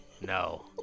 No